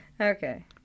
Okay